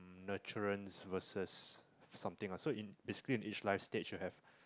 nurturance versus something ah so in basically in each life stage you have